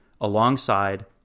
alongside